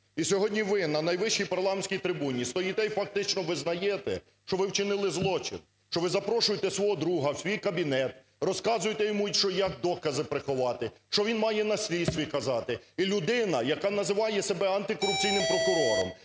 І сьогодні ви на найвищій парламентській трибуні стоїте і фактично визнаєте, що ви вчинили злочин. Що ви запрошуєте свого друга в свій кабінет, розказуєте йому, як докази приховати, що він має на слідстві казати. І людина, яка називає себе антикорупційним прокурором,